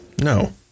No